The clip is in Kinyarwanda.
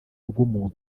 rw’umuntu